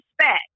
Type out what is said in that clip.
respect